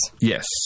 yes